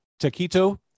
Taquito